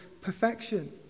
perfection